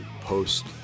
post